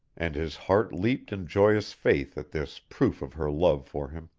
and his heart leaped in joyous faith at this proof of her love for him.